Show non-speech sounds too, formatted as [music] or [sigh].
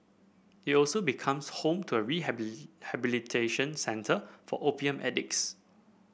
it also becomes home to a [unintelligible] centre for opium addicts